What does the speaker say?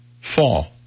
fall